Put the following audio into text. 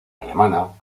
alemana